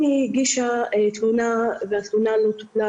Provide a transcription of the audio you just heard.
אם היא הגישה תלונה והתלונה לא טופלה,